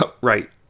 right